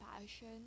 passion